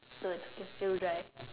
no it's okay it will dry